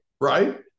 right